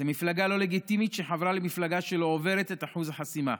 אתם מפלגה לא לגיטימית שחברה למפלגה שלא עוברת את אחוז החסימה.